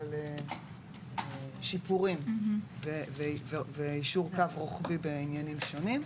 אבל שיפורים ויישור קו רוחבי בעניינים שונים.